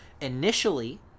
initially